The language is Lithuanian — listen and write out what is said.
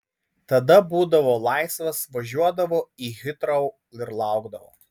tada būdavo laisvas važiuodavo į hitrou ir laukdavo